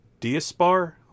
Diaspar